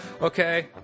Okay